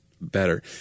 better